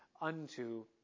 unto